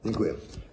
Dziękuję.